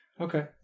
Okay